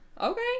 okay